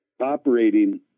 operating